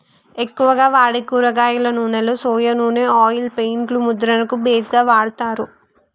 ఎక్కువగా వాడే కూరగాయల నూనెలో సొయా నూనె ఆయిల్ పెయింట్ లు ముద్రణకు బేస్ గా కూడా వాడతారు